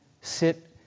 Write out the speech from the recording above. sit